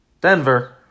Denver